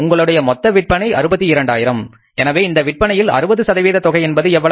உங்களுடைய மொத்த விற்பனை 62000 எனவே இந்த விற்பனையில் 60 சதவீத தொகை என்பது எவ்வளவு